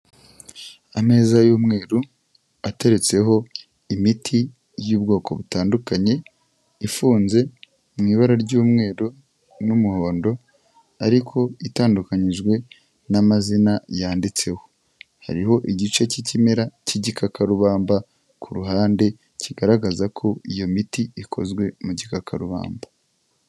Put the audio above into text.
Ameza y'umweru, ateretseho imiti y'ubwoko butandukanye, ifunze mu ibara ry'umweru n'umuhondo ariko itandukanyijwe n'amazina yanditseho. Hariho igice cy'ikimera cy'igikakarubamba ku ruhande, kigaragaza ko iyo miti ikozwe mu gikakarubamba.